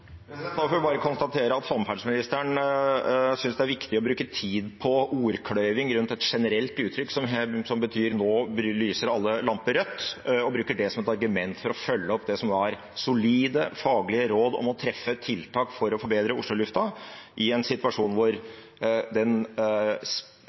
rundt et generelt uttrykk som betyr at nå lyser alle lamper rødt, og bruker det som et argument for å følge opp det som var solide, faglige råd om å treffe tiltak for å forbedre Oslo-lufta, i en situasjon